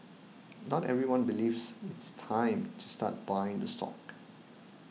not everyone believes it's time to start buying the stock